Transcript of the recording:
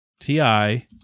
TI